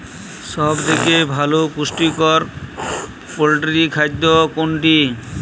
সব থেকে ভালো পুষ্টিকর পোল্ট্রী খাদ্য কোনটি?